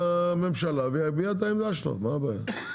לממשלה ויביע את העמדה שלו, מה הבעיה?